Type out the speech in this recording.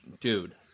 dude